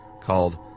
called